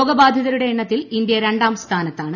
രോഗബാധിതരുടെ എണ്ണത്തിൽ ഇന്ത്യ രണ്ടാം സ്ഥാനത്താണ്